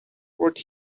what